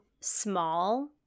small